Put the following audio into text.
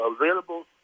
available